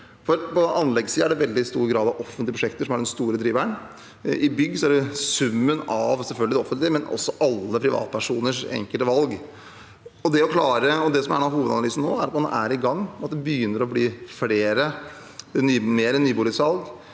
På anleggssiden er det i veldig stor grad offentlige prosjekter som er den store driveren. Innen bygg er det selvfølgelig summen av det offentlige, men også av alle privatpersoners enkelte valg. En av hovedanalysene nå er at man er i gang, at det begynner å bli mer nyboligsalg,